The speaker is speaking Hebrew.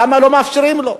למה לא מאפשרים לו?